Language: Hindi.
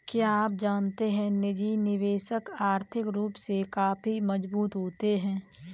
क्या आप जानते है निजी निवेशक आर्थिक रूप से काफी मजबूत होते है?